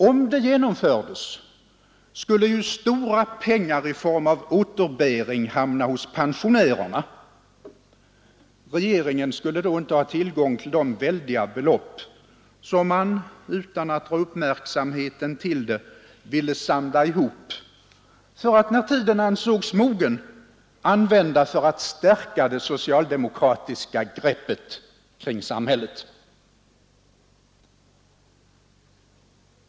Om det genomfördes skulle ju stora pengar i form av återbäring hamna hos pensionärerna. Regeringen skulle då inte ha tillgång till de väldiga belopp som man — utan att dra uppmärksamheten till det — ville samla ihop för att, när tiden ansågs mogen, använda till att stärka det socialistiska greppet kring samhället.